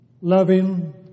loving